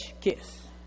kiss